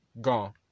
gone